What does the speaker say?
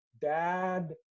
dad